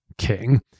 king